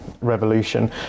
revolution